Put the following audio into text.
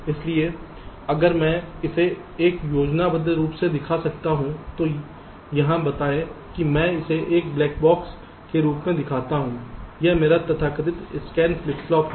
इसलिए अगर मैं इसे एक योजनाबद्ध के रूप में दिखा सकता हूं तो यहां बताएं कि मैं इसे एक ब्लैक बॉक्स के रूप में दिखाता हूं यह मेरा तथाकथित स्कैन फ्लिप फ्लॉप है